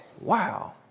Wow